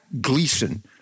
Gleason